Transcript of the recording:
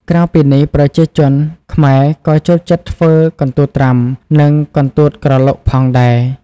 ក្រៅពីនេះ ប្រជាជនខ្មែរក៏ចូលចិត្តធ្វើ កន្ទួតត្រាំ និង កន្ទួតក្រឡុក ផងដែរ។